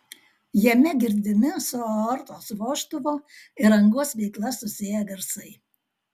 jame girdimi su aortos vožtuvo ir angos veikla susiję garsai